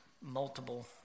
multiple